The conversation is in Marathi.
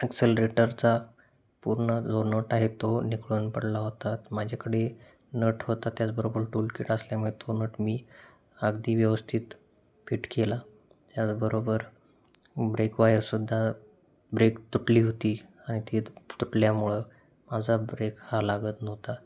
ॲक्सेलरेटरचा पूर्ण जो नट आहे तो निखळून पडला होता माझ्याकडे नट होता त्याचबरोबर टूल किट असल्यामुळे तो नट मी अगदी व्यवस्थित फिट केला त्याचबरोबर ब्रेक वायरसुद्धा ब्रेक तुटली होती आणि ते तुटल्यामुळं माझा ब्रेक हा लागत नव्हता